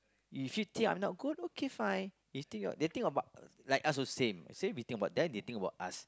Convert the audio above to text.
if you think I'm not good okay fine he think you're they think about like us also the same same they think about them they think about us